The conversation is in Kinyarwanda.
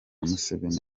museveni